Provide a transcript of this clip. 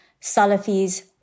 Salafi's